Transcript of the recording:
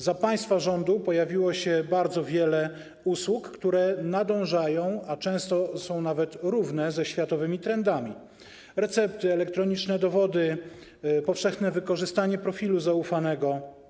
Za państwa rządów pojawiło się bardzo wiele usług, które nadążają, a często są nawet równe ze światowymi trendami: recepty, elektroniczne dowody, powszechne wykorzystanie profilu zaufanego.